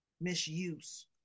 misuse